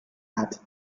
hat